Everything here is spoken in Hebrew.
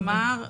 כלומר,